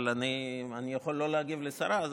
אבל אני לא יכול שלא להגיב לשרה.